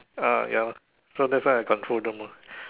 ah ya so that's why I control them one